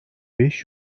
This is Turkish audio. beş